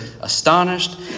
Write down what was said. astonished